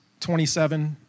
27